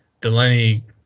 Delaney